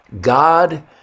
God